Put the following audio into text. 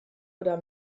oder